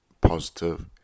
positive